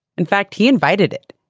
in fact he invited it.